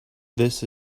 this